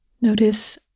Notice